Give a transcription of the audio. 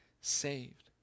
saved